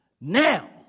now